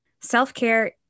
self-care